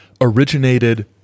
originated